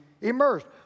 immersed